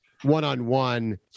one-on-one